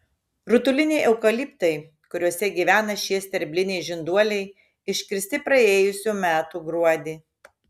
rutuliniai eukaliptai kuriuose gyvena šie sterbliniai žinduoliai iškirsti praėjusių metų gruodį